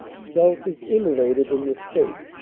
self is immolated in the state.